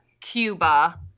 Cuba